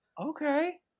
Okay